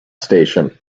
station